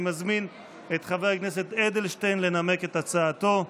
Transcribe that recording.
אני מזמין את חבר הכנסת אדלשטיין לנמק את הצעתו.